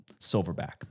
Silverback